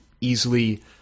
easily